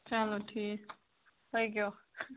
چلو ٹھیٖک پٔکِو